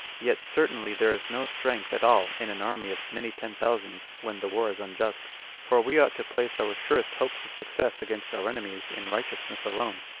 yet certainly there is no strength at all in an army of many ten thousands, when the war is unjust for we ought to place our surest hopes of success against our enemies in righteousness alone,